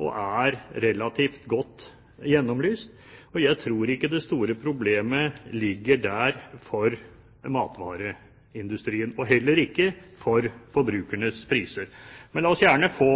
og er relativt godt belyst. Jeg tror ikke det store problemet for matvareindustrien ligger der, og heller ikke når det gjelder prisene til forbruker. Men la oss gjerne få